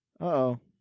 Uh-oh